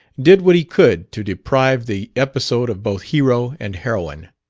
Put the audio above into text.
did what he could to deprive the episode of both hero and heroine.